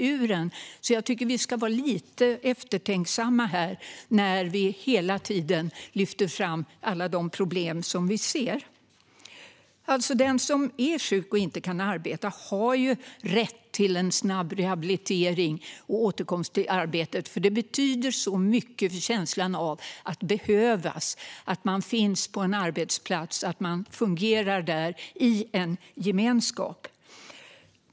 Jag tycker alltså att vi ska vara lite eftertänksamma när vi hela tiden lyfter fram alla problem som vi ser. Den som är sjuk och inte kan arbeta har rätt till snabb rehabilitering och återkomst till arbetet. Känslan av att man behövs, känslan av att vara på en arbetsplats och fungera där i en gemenskap betyder så mycket.